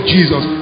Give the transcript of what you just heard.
Jesus